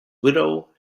widow